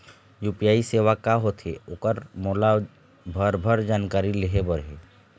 UPI सेवा का होथे ओकर मोला भरभर जानकारी लेहे बर हे?